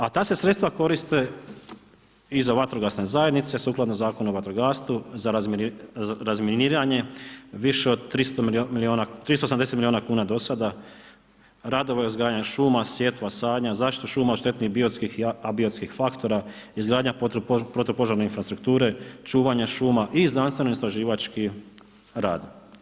A ta se sredstva koriste i za vatrogasne zajednice, sukladno Zakonom o vatrogastvu, za razminiranja, više od 380 milijuna do sada, radovi, uzgajanje šuma, sjetva, sadnja, zaštitu šuma od štetnih biotskih, abiotskih faktora, izgradnja protupožarne infrastrukture, čuvanje šuma i znanstveno istraživački rad.